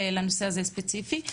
בנושא הזה ספציפית.